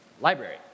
library